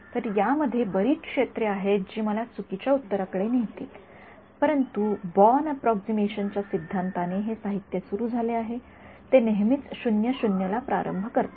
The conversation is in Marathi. तर यामध्ये बरीच क्षेत्रे आहेत जी मला चुकीच्या उत्तराकडे नेतील परंतु बॉर्न अप्रॉक्सिमेशनच्या सिद्धांताने हे साहित्य सुरू झाले आहे ते नेहमीच ला प्रारंभ करतात